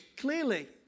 clearly